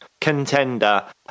contender